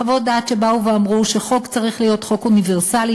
חוות דעת שאמרו שחוק צריך להיות חוק אוניברסלי,